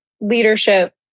leadership